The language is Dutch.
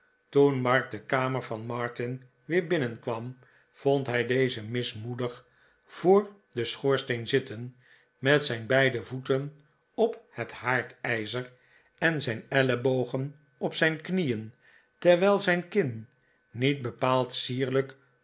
toen mark de kamer van martin weer binnenkwam vond hij dezen mismoedi'g voor den schobrsteen zitten met zijn beide voeten op het haardijzer en zijn ellebogen op zijn knieen terwijl zijn kin niet be paald sierlijk